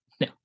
No